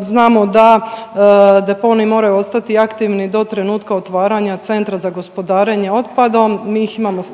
Znamo da deponiji moraju ostati aktivni do trenutka otvaranja centra za gospodarenje otpadom.